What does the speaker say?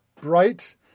bright